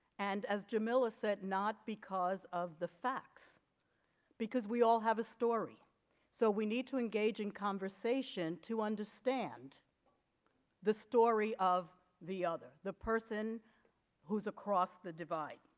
and as jamila set not because of the facts because we all have a story so we need to engage in conversation to understand the story of the other the person who's across the divide